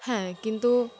হ্যাঁ কিন্তু